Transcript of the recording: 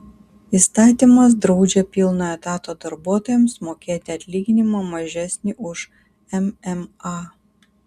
įstatymas draudžia pilno etato darbuotojams mokėti atlyginimą mažesnį už mma